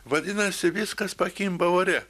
vadinasi viskas pakimba ore